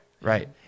Right